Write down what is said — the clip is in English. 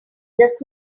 does